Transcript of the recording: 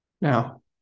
Now